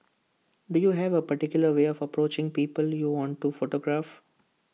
do you have A particular way of approaching people you want to photograph